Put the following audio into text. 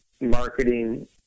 marketing